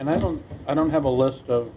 and i don't i don't have a list of